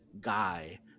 guy